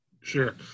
Sure